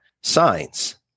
signs